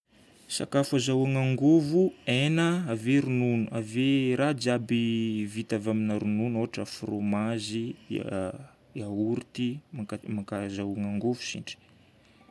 Sakafo azahoagna angovo: hegna, ave ronono. Ave raha jiaby vita avy amina ronono, ohatra frômazy, yaourt, azahoagna angovo sitry.